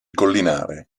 collinare